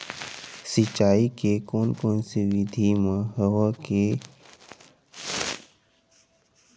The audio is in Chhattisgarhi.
सिंचाई के कोन से विधि म हवा के दिशा के अनुरूप सिंचाई करथे?